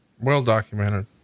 well-documented